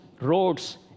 roads